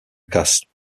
castle